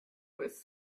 was